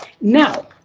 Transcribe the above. Now